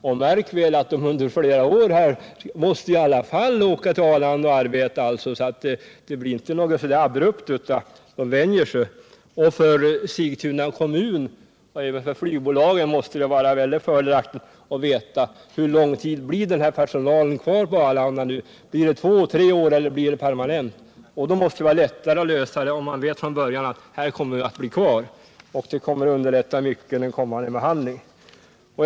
Men märk väl att de under flera år i alla fall måste åka till Arlanda och arbeta, så det blir inte någonting som kommer abrupt utan de vänjer sig. 135 För Sigtuna kommun och flygbolaget måste det vara fördelaktigt att veta hur lång tid personalen blir kvar på Arlanda. Blir det tre år, eller blir det permanent? Om man från början vet att personalen kommer att bli kvar på Arlanda måste det vara lättare att lösa problemen. Det kommer att underlätta den kommande behandlingen mycket.